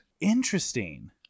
Interesting